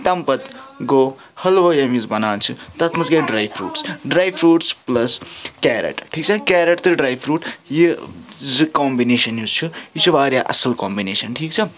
تَمہِ پَتہٕ گوٚو حٔلوٕ ییٚمہِ وِزِ بَنان چھِ تَتھ منٛز کیٛاہ dry fruits dry fruits plus carrot ٹھیٖک چھا کٮ۪رٹ تہٕ ڈرٛے فرٛوٗٹ یہِ زٕ کمبِنیٚشَن یُس چھُ یہِ چھِ واریاہ اَصٕل کمبِنیٚشَن ٹھیٖک چھا